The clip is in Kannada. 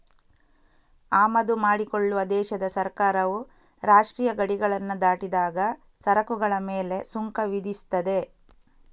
ಆಮದು ಮಾಡಿಕೊಳ್ಳುವ ದೇಶದ ಸರ್ಕಾರವು ರಾಷ್ಟ್ರೀಯ ಗಡಿಗಳನ್ನ ದಾಟಿದಾಗ ಸರಕುಗಳ ಮೇಲೆ ಸುಂಕ ವಿಧಿಸ್ತದೆ